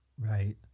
Right